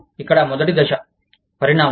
ఇక్కడ మొదటి దశ పరిణామం